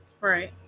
Right